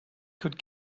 could